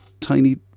tiny